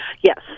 Yes